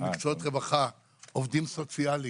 מקצועות רווחה, עובדים סוציאליים,